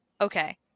okay